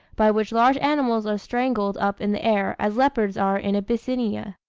by which large animals are strangled up in the air, as leopards are in abyssinia.